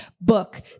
book